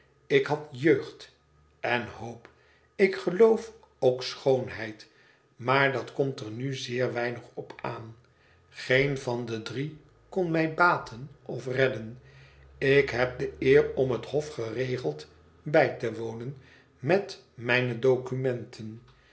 ik had jeugd en hoop ik geloof ook schoonheid maar dat komt er nu zeer weinig op aan geen van de drie kon mij baten of redden ik heb de eer om het hof geregeld bij te wonen met mijne documenten